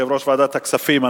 יושב-ראש ועדת הכספים.